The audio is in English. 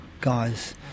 guys